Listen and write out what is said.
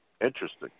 Interesting